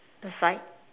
that's like